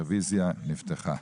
הצבעה הרוויזיה נפתחה.